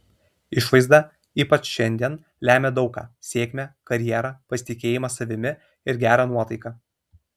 išvaizda ypač šiandien lemia daug ką sėkmę karjerą pasitikėjimą savimi ir gerą nuotaiką